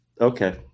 Okay